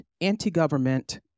anti-government